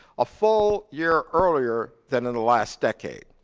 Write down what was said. a full year earlier than and the last decade.